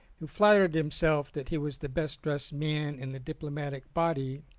who flattered himself that he was the best dressed man in the diplomatic body,